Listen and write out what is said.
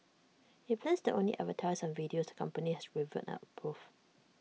IT plans to only advertise on videos the company has reviewed and approved